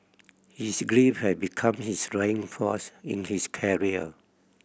his grief had become his driving force in his career